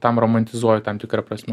tam romantizuoju tam tikra prasme